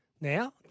now